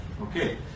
Okay